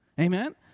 Amen